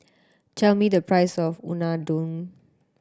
tell me the price of Unadon